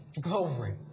Glory